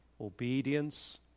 Obedience